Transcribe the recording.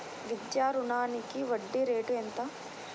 విద్యా రుణానికి వడ్డీ రేటు ఎంత?